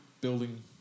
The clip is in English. building